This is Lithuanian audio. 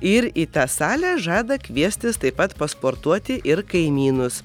ir į tą salę žada kviestis taip pat pasportuoti ir kaimynus